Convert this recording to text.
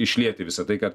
išlieti visą tai kad